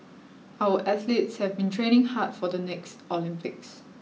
our athletes have been training hard for the next Olympics